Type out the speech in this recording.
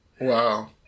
wow